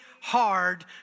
hard